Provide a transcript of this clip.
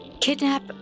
kidnap